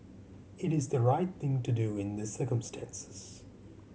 it is the right thing to do in the circumstances